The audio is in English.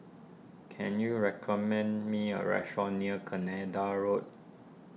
can you recommend me a restaurant near Canada Road